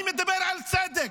אני מדבר על צדק.